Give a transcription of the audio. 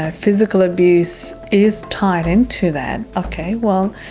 ah physical abuse is tied into that. okay well,